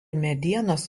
medienos